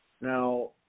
Now